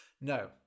No